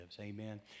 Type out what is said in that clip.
Amen